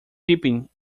peeping